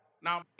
Now